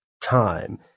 time